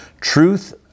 truth